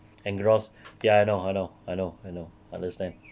engrossed ya I know I know I know I know understand